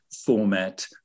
format